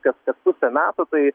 kas kas pusę metų tai